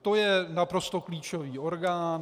To je naprosto klíčový orgán.